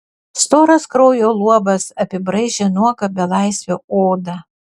storas kraujo luobas apibraižė nuogą belaisvio odą